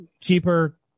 cheaper